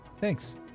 Thanks